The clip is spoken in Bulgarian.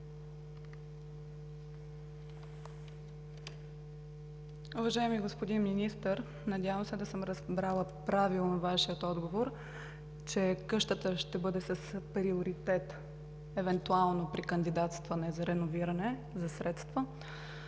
Уважаеми господин Министър, надявам се да съм разбрала правилно Вашия отговор, че къщата ще бъде с приоритет евентуално при кандидатстване за средства